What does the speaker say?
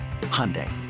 Hyundai